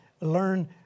learn